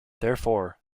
therefore